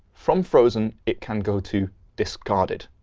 from frozen, it can go to discarded.